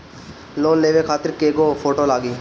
Loan लेवे खातिर कै गो फोटो लागी?